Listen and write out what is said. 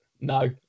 No